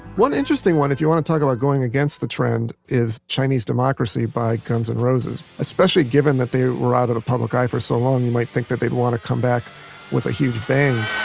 one interesting one, if you want to talk about going against the trend is chinese democracy by guns n' and roses. especially given that they were out of the public eye for so long you might think that they'd want to come back with a huge bang